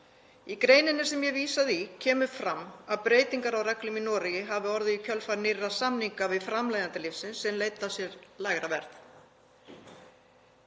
Í greininni sem ég vísaði í kemur fram að breytingar á reglum í Noregi hafi orðið í kjölfar nýrra samninga við framleiðanda lyfsins sem leiddu af sér lægra verð.